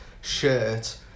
shirt